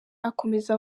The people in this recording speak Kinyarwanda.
akomeza